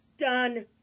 done